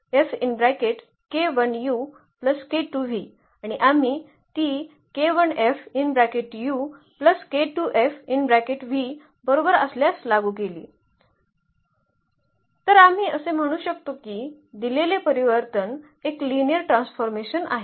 एकदा ही अट आणि आम्ही ती बरोबर असल्यास लागू केली तर आम्ही असे म्हणू शकतो की दिलेले परिवर्तन एक लिनिअर ट्रान्सफॉर्मेशन आहे